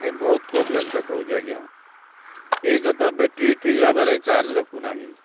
ନାଇଁ ବହୁତ ପ୍ରୋବ୍ଲେମ୍ ଦେଖାଉଛି ଆଜ୍ଞା ଏକରେ ତ ବ୍ୟାଟେରି ଠିକ୍ ଭାବରେ ଚାର୍ଜ ରଖୁନାଇଁ